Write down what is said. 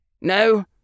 No